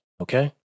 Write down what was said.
Okay